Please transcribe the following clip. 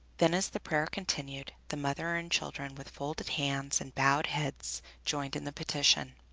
then, as the prayer continued, the mother and children with folded hands and bowed heads joined in the petition